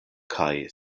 kaj